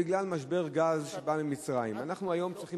בגלל משבר הגז שבא ממצרים אנחנו צריכים